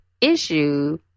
issue